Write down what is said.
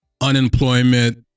unemployment